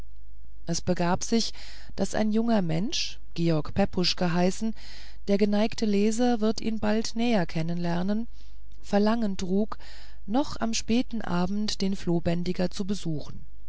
es begab sich daß ein junger mensch george pepusch geheißen der geneigte leser wird ihn bald näher kennen lernen verlangen trug noch am späten abend den flohbändiger zu besuchen